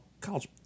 college